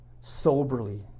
soberly